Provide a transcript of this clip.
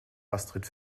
astrid